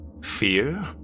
fear